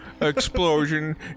explosion